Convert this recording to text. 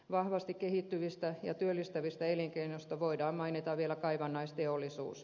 vahvasti kehittyvistä ja työllistävistä elinkeinoista voidaan mainita vielä kaivannaisteollisuus